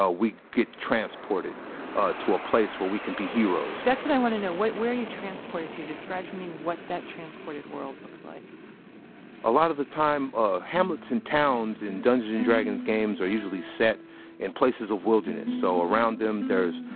ah we get transported ah to a place where we can be heroes that's what i want to know. where are you transported to? describe to me what that transported world looks like a lot of the time, ah, hamlets and towns in dungeons and dragons games are usually set in places of wilderness. so, around them there's,